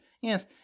yes